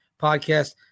podcast